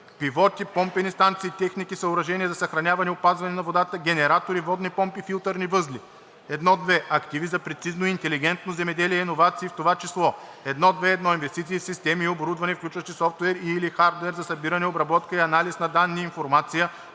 пивоти, помпени станции, техники/съоръжения за съхраняване/опазване на водата, генератори, водни помпи, филтърни възли. 1.2. Активи за прецизно и интелигентно земеделие, иновации, в това число: 1.2.1. Инвестиции в системи и оборудване (включващи софтуер и/или хардуер) за събиране, обработка и анализ на данни и информация